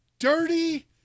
Dirty